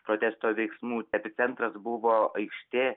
protesto veiksmų epicentras buvo aikštė